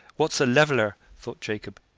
what's a leveler? thought jacob.